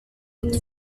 und